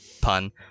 pun